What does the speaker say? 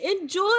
enjoy